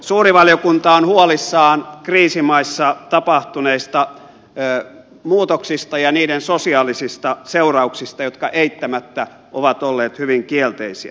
suuri valiokunta on huolissaan kriisimaissa tapahtuneista muutoksista ja niiden sosiaalisista seurauksista jotka eittämättä ovat olleet hyvin kielteisiä